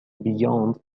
beyond